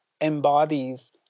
embodies